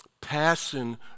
Passion